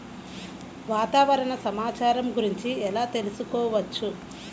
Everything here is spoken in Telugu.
వాతావరణ సమాచారము గురించి ఎలా తెలుకుసుకోవచ్చు?